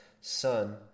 son